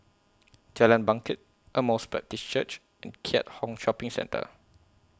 Jalan Bangket Emmaus Baptist Church and Keat Hong Shopping Centre